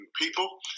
people